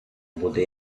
буде